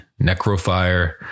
Necrofire